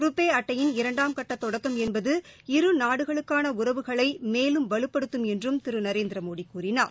ருபே அட்டையின் இரண்டாம் கட்ட தொடக்கம் என்பது இரு நாடுகளுக்கான உறவுகளை மேலும் வலுப்படுத்தும் என்றும் திரு நரேந்திரமோடி கூறினார்